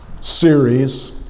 series